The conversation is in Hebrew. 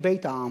כבית העם.